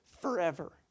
forever